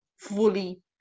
fully